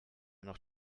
noch